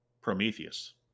Prometheus